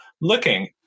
looking